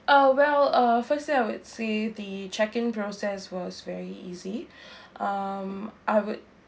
uh well uh first thing I would say the check-in process was very easy um I would